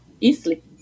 easily